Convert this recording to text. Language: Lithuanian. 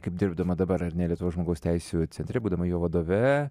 kaip dirbdama dabar ar ne lietuvos žmogaus teisių centre būdama jo vadove